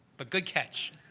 but good catch.